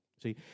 See